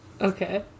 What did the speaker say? Okay